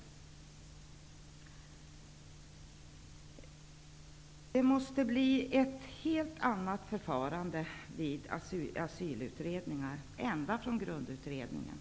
Det måste bli ett helt annat förfarande vid asylutredningar ända från grundutredningen.